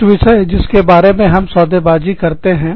कुछ विषय जिसके बारे में हम सौदेबाजी सौदाकारी करते हैं